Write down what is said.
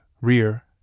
rear